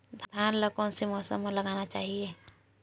धान ल कोन से मौसम म लगाना चहिए?